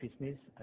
business